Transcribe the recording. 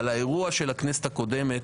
אבל האירוע של הכנסת הקודמת,